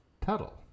Tuttle